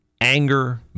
anger